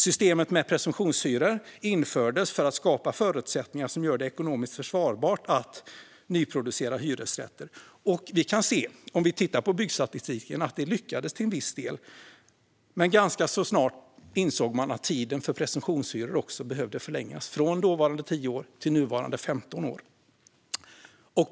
Systemet med presumtionshyror infördes för att skapa förutsättningar som gör det ekonomiskt försvarbart att nyproducera hyresrätter. Om vi tittar på byggstatistiken kan vi se att detta lyckades till viss del. Men ganska snart insåg man att tiden för presumtionshyror behövde förlängas, från dåvarande 10 till nuvarande 15 år.